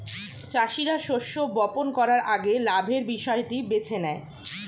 চাষীরা শস্য বপন করার আগে লাভের বিষয়টি বেছে নেয়